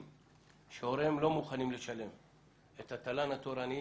שהוריהם לא מוכנים לשלם את התל"ן התורני,